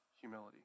humility